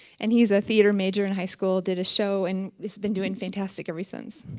and he's a theater major in high school, did a show and has been doing fantastic ever since.